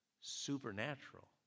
Supernatural